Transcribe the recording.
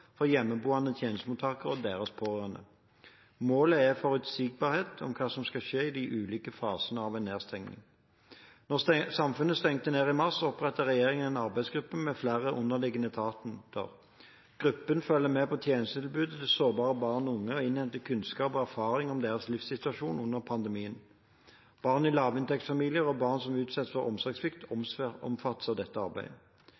for hjemmeboende tjenestemottakere og deres pårørende. Målet er forutsigbarhet om hva som skal skje i de ulike fasene av en nedstenging. Da samfunnet stengte ned i mars, opprettet regjeringen en arbeidsgruppe med flere underliggende etater. Gruppen følger med på tjenestetilbudet til sårbare barn og unge og innhenter kunnskap og erfaringer om deres livssituasjon under pandemien. Barn i lavinntektsfamilier og barn som utsettes for omsorgssvikt, omfattes av dette arbeidet.